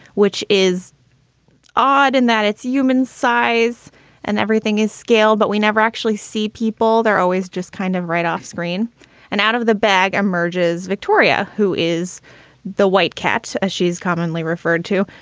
which is odd in that it's human size and everything is scale. but we never actually see people. they're always just kind of right off screen and out of the bag emerges victoria, who is the white cat as she is commonly referred to,